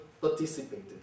participated